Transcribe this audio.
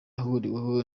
ahuriweho